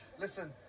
Listen